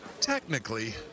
Technically